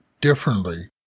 differently